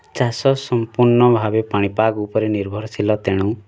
ଚାଷ ସମ୍ପୂର୍ଣ୍ଣ ଭାବେ ପାଣି ପାଗ ଉପରେ ନିର୍ଭରଶିଳ ତେଣୁ